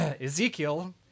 Ezekiel